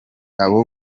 abo